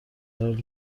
حالی